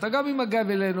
אתה גם עם הגב אלינו,